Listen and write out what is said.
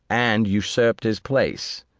and usurped his place,